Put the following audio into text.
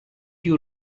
you